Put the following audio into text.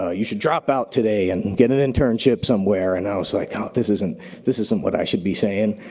ah you should drop out today and and get an internship somewhere. and i was like, this isn't this isn't what i should be sayin'.